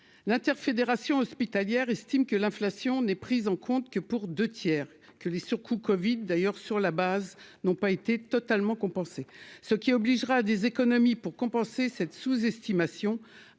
l'Inter- fédérations hospitalières estiment que l'inflation n'est prise en compte. Que pour 2 tiers que les surcoûts Covid d'ailleurs, sur la base n'ont pas été totalement compensé ce qui obligera à des économies pour compenser cette sous-estimation